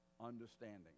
understanding